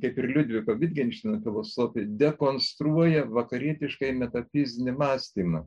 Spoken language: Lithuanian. kaip ir liudviko vitgenšteino filosofija dekonstruoja vakarietiškąjį metafizinį mąstymą